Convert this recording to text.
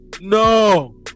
no